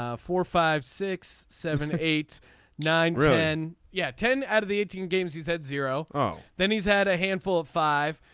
ah four five six seven eight nine ruin yeah. ten out of the eighteen games he's had zero zero then he's had a handful of five.